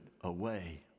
away